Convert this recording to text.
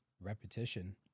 repetition